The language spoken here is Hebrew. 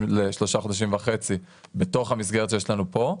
לשלושה חודשים וחצי בתוך המסגרת שיש לנו פה.